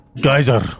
Geyser